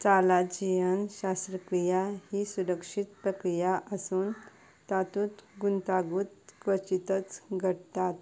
चालाझियन शस्त्रक्रिया ही सुरक्षीत प्रक्रिया आसून तातूंत गुंतागुंत क्वचितच घडटात